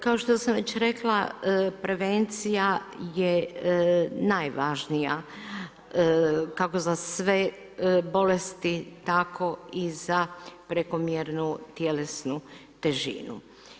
Kao što sam već rekla, prevencija je najvažnija kako za sve bolesti tako i za prekomjernu tjelesnu težinu.